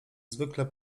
zwykle